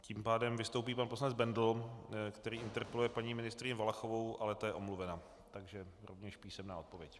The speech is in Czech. Tím pádem vystoupí pan poslanec Bendl, který interpeluje paní ministryni Valachovou, ale ta je omluvena, takže rovněž písemná odpověď.